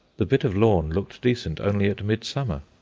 the bit of lawn looked decent only at midsummer.